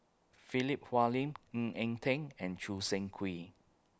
Philip Hoalim Ng Eng Teng and Choo Seng Quee